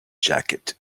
jacket